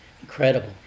incredible